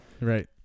right